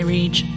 reach